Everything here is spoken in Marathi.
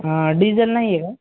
हा डिजल नाही आहे का